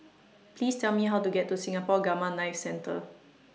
Please Tell Me How to get to Singapore Gamma Knife Centre